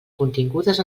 contingudes